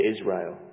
Israel